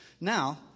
Now